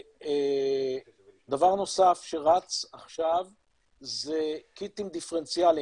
דבר נוסף שרץ עכשיו זה קיטים דיפרנציאליים,